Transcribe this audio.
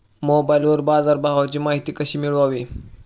मोबाइलवर बाजारभावाची माहिती कशी मिळवावी?